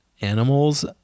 animals